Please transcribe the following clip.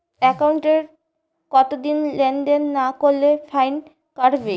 একাউন্টে কতদিন লেনদেন না করলে ফাইন কাটবে?